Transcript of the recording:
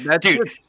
Dude